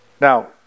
Now